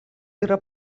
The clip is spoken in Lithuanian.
yra